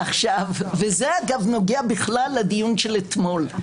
אגב, זה נוגע לדיון של אתמול.